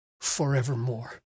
forevermore